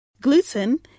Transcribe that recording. Gluten